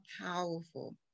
powerful